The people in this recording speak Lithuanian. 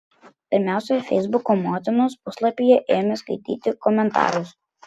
pirmiausia feisbuko motinos puslapyje ėmė skaityti komentarus